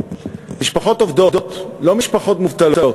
משפחות עובדות, ולא משפחות מובטלות,